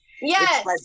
yes